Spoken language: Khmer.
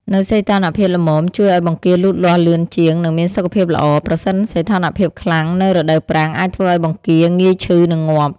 នៅសីតុណ្ហភាពល្មមជួយឲ្យបង្គាលូតលាស់លឿនជាង និងមានសុខភាពល្អ ប្រសិនសីតុណ្ហភាពខ្លាំងនៅរដូវប្រាំងអាចធ្វើឲ្យបង្គាងាយឈឺ និងងាប់។